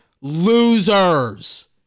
losers